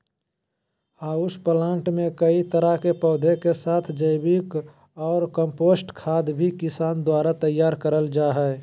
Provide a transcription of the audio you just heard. house plant मे कई तरह के पौधा के साथ जैविक ऑर कम्पोस्ट खाद भी किसान द्वारा तैयार करल जा हई